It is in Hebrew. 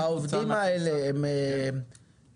כתוצאה --- העובדים האלה הם מוכשרים,